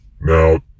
Now